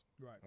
Right